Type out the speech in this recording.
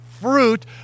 fruit